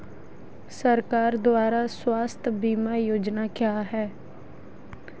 सरकार द्वारा स्वास्थ्य बीमा योजनाएं क्या हैं?